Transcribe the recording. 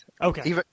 Okay